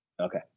Okay